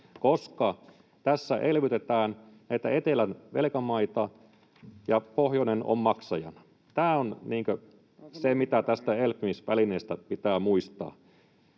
koska tässä elvytetään näitä etelän velkamaita ja pohjoinen on maksajana. Tämä on se, mitä tästä elpymisvälineestä pitää muistaa.